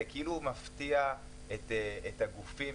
זה כאילו מפתיע את הגופים,